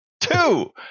two